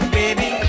baby